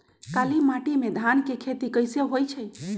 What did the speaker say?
काली माटी में धान के खेती कईसे होइ छइ?